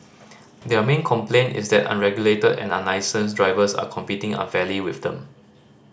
their main complaint is that unregulated and unlicensed drivers are competing unfairly with them